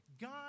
God